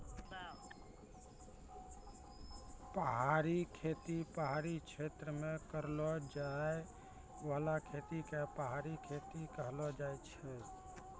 पहाड़ी खेती पहाड़ी क्षेत्र मे करलो जाय बाला खेती के पहाड़ी खेती कहलो जाय छै